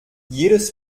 jedes